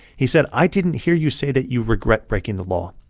he said, i didn't hear you say that you regret breaking the law.